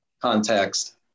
context